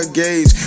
gauge